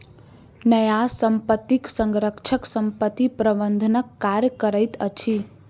न्यास संपत्तिक संरक्षक संपत्ति प्रबंधनक कार्य करैत अछि